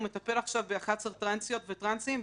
הוא מטפל עכשיו ב-11 טרנסיות וטרנסים,